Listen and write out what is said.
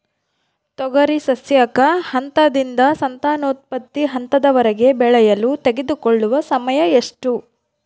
ತೊಗರಿ ಸಸ್ಯಕ ಹಂತದಿಂದ ಸಂತಾನೋತ್ಪತ್ತಿ ಹಂತದವರೆಗೆ ಬೆಳೆಯಲು ತೆಗೆದುಕೊಳ್ಳುವ ಸಮಯ ಎಷ್ಟು?